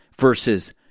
versus